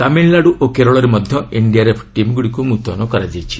ତାମିଲ୍ନାଡ଼ୁ ଓ କେରଳରେ ମଧ୍ୟ ଏନ୍ଡିଆର୍ଏଫ୍ ଟିମ୍ଗୁଡ଼ିକୁକୁ ମୁତୟନ କରାଯାଇଛି